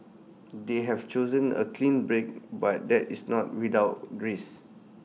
they have chosen A clean break but that is not without risk